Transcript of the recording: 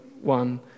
one